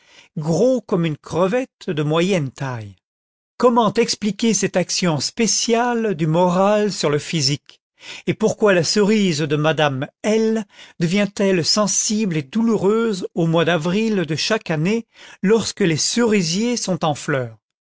gros comme une crevette de moyenne taille comment expliquer cette action spéciale du moral sur le physique et pourquoi la cerise de madame de l devient-elle sensible et douloureuse au mois d'avril de chaque année lorsque les cerisiers sont en fleur